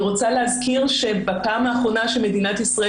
אני רוצה להזכיר שבפעם האחרונה שמדינת ישראל